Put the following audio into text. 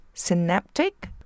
synaptic